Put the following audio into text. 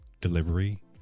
delivery